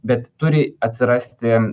bet turi atsirasti